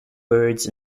birds